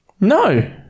No